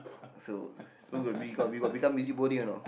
so so got be you got become busybody or not